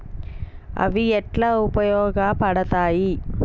అవి ఎట్లా ఉపయోగ పడతాయి?